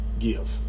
give